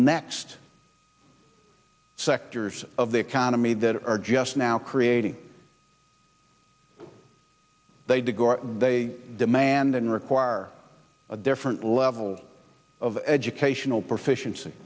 next sectors of the economy that are just now creating they go out they demand and require a different level of educational proficiency